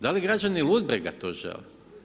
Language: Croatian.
Da li građani Ludbrega to žele?